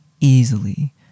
easily